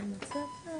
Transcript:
השימוש על אוכלוסייה של